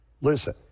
Listen